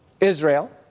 Israel